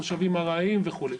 תושבים ארעיים וכולי.